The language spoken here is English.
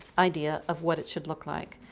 idea of what it should look like.